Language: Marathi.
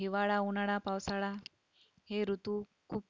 हिवाळा उन्हाळा पावसाळा हे ऋतू खूप